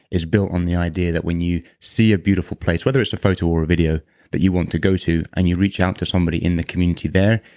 is built on the idea that when you see a beautiful place, whether it's a photo or a video that you want to go to, and you reach out to somebody in the community there,